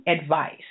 advice